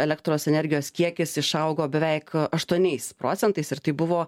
elektros energijos kiekis išaugo beveik aštuoniais procentais ir tai buvo